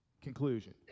conclusion